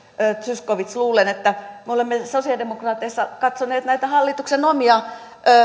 zyskowicz luulen että me olemme sosiaalidemokraateissa katsoneet näitä hallituksen omia